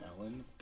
Ellen